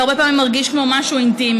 זה הרבה פעמים מרגיש כמו משהו אינטימי.